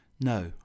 No